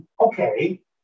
okay